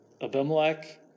Abimelech